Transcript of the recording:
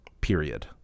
Period